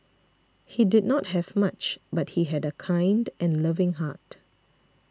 he did not have much but he had a kind and loving heart